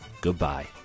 goodbye